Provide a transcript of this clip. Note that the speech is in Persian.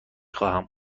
خواهم